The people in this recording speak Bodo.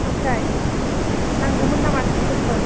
ओमफ्राय नांगौमोन नामा साइकेलफोर